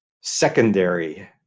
secondary